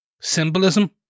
symbolism